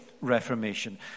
reformation